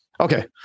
Okay